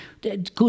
good